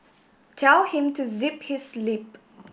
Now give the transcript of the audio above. tell him to zip his lip